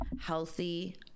healthy